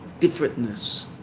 differentness